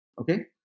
okay